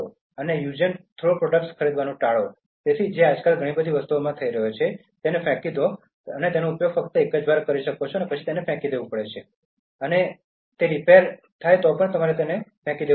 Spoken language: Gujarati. અને 'યુઝ એન્ડ થ્રો' પ્રોડક્ટ્સ ખરીદવાનું ટાળો તેથી તે આજકાલ ઘણી વસ્તુઓનો ઉપયોગ થઈ ગયો છે અને ફેંકી દો તમે તેનો ઉપયોગ ફક્ત એક જ વાર કરી શકો છો અને જો તે રિપેર થાય તો તમારે ફેંકી દેવું પડે